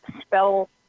spell